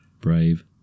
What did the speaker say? Brave